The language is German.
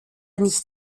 nicht